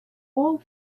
all